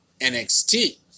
NXT